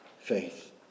faith